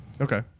Okay